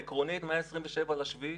עקרונית מה-27.7,